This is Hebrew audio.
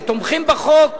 שתומכים בחוק